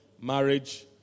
marriage